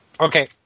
Okay